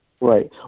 Right